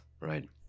right